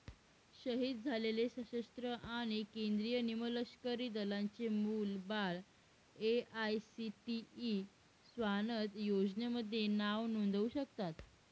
शहीद झालेले सशस्त्र आणि केंद्रीय निमलष्करी दलांचे मुलं बाळं ए.आय.सी.टी.ई स्वानथ योजनेमध्ये नाव नोंदवू शकतात